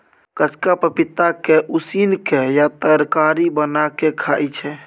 कचका पपीता के उसिन केँ या तरकारी बना केँ खाइ छै